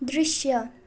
दृश्य